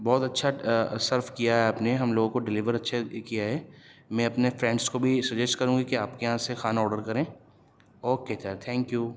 بہت اچھا سرو کیا ہے آپ نے ہم لوگوں کو ڈیلیور اچھا کیا ہے میں اپنے فرینڈس کو بھی سجیش کروں گی کہ آپ کے یہاں سے کھانا آرڈر کریں اوکے سر تھینک یو